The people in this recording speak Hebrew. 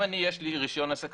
אם יש לי היום רישיון עסק,